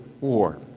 war